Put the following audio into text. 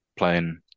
playing